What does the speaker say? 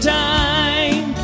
time